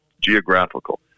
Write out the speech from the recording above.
geographical